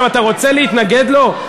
עכשיו, אתה רוצה להתנגד לו?